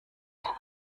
der